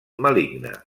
maligne